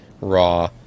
raw